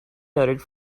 noted